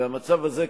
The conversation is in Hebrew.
והמצב הזה,